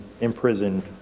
imprisoned